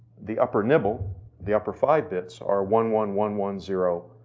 the upper nibble the upper five bits are one-one-one-one-zero,